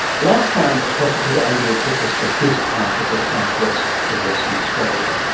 last time professor peter underwood took us to his part of the southwest of western australia,